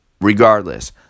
Regardless